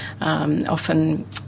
often